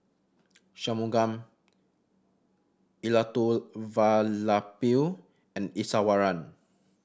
Shunmugam Elattuvalapil and Iswaran